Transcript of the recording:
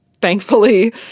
thankfully